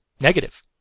negative